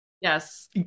Yes